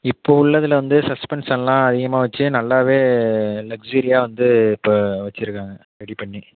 இப்போ உள்ளதில் வந்து சஸ்பன்ஸ் எல்லாம் அதிகமாக வச்சி நல்லாவே லக்சூரியாக வந்து இப்போ வச்சிருக்காங்க ரெடி பண்ணி